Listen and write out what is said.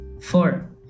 Four